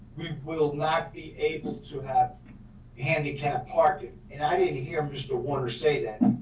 we will not be able to have handicap parking. and i didn't hear mr. warner say that.